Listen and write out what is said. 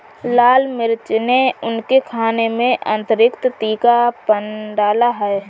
लाल मिर्च ने उनके खाने में अतिरिक्त तीखापन डाला है